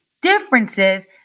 differences